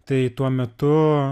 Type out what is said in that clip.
tai tuo metu